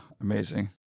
Amazing